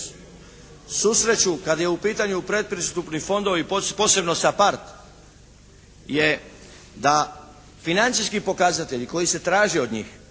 susreću kad su u pitanju predpristupni fondovi posebno SAPARD je da financijski pokazatelji koji se traže od njih,